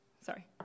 Sorry